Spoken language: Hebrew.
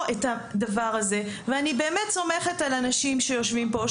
את הדבר הזה ואני באמת סומכת על אנשים שיושבים פה,